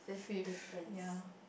fifth ya